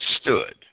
stood